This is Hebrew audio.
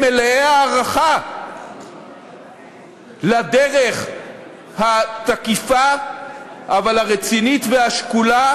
שהם מלאי הערכה לדרך התקיפה אבל הרצינית והשקולה